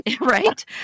right